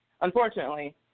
Unfortunately